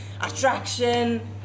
attraction